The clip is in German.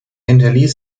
hinterließ